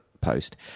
post